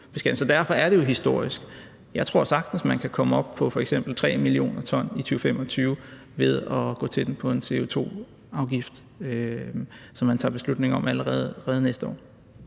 derfor er det jo historisk. Jeg tror sagtens, man kan komme op på f.eks. 3 mio. t i 2025 ved at gå til den på en CO2-afgift, som man tager beslutning om allerede næste år.